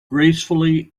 gracefully